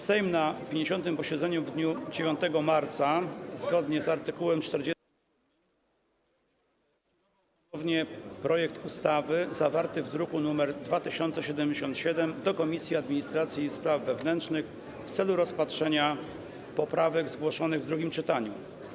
Sejm na 50. posiedzeniu w dniu 9 marca, zgodnie z art. 40... odesłał ponownie projekt ustawy zawarty w druku nr 2077 do Komisji Administracji i Spraw Wewnętrznych w celu rozpatrzenia poprawek zgłoszonych w drugim czytaniu.